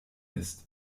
ist